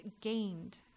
gained